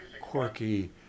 quirky